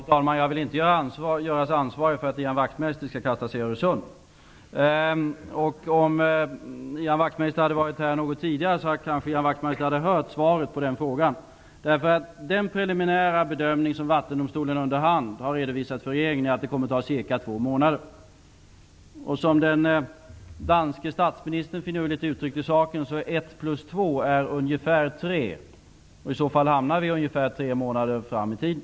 Fru talman! Jag vill inte göras ansvarig för att Ian Om Ian Wachtmeister hade varit här något tidigare hade kanske Ian Wachtmeister hört svaret på frågan. Den preliminära bedömning som Vattendomstolen under hand har redovisat för regeringen är att det kommer att ta ca två månader. Som den danske statsministern finurligt uttryckte saken är ett plus två ungefär tre. I så fall hamnar vi ungefär tre månader fram i tiden.